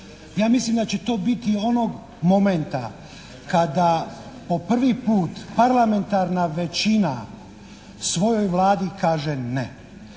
ja mislim da će to biti onog momenta kada po prvi put parlamentarna većina svojoj Vladi kaže ne.